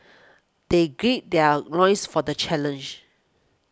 they gird their loins for the challenge